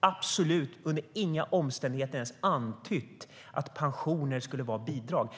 absolut inte, inte under några omständigheter, ens antytt att pensioner skulle vara bidrag.